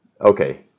Okay